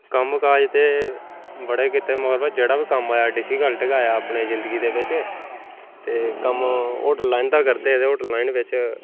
कम्मकाज ते बड़े कीते मतलब जेह्ड़ा बी कम्म आया डिफिकल्ट गै आया अपनी जिंदगी दे बिच्च ते कम्म होटल लाइन दा करदे हे ते होटलै बिच्च